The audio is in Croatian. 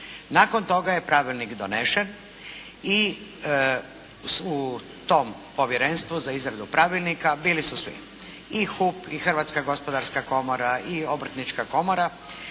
Nakon toga je pravilnik donesen i u tom Povjerenstvu za izradu pravilnika bili su svi i HUP, i Hrvatska gospodarska komora i Obrtnička komora